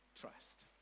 trust